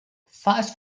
fast